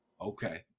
Okay